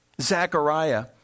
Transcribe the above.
Zechariah